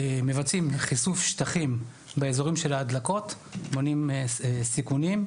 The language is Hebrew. מבצעים חישוף שטחים באזורים של ההדלקות על מנת למנוע סיכונים,